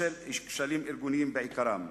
בשל כשלים ארגוניים בעיקרם.